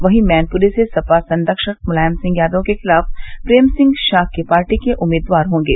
वहीं मैनपुरी से सपा संरक्षक मुलायम सिंह यादव के खिलाफ प्रेम सिंह शाक्य पार्टी के उम्मीदवार होंगे